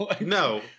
No